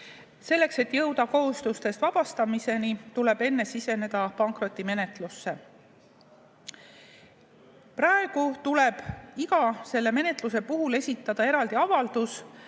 Selleks, et jõuda kohustustest vabastamiseni, tuleb enne siseneda pankrotimenetlusse. Praegu tuleb iga selle menetluse puhul esitada eraldi avaldus,